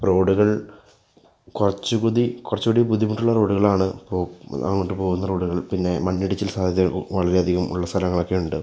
റോഡുകൾ കുറച്ചു കൂടി കുറച്ച് കൂടി ബുദ്ധിമുട്ടുള്ള റോഡുകളാണ് ഓ അങ്ങോട്ട് പോവുന്ന റോഡുകൾ പിന്നെ മണ്ണിടിച്ചിൽ സാധ്യത വളരെ അധികം ഉള്ള സ്ഥലങ്ങൾ ഒക്കെ ഉണ്ട്